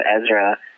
Ezra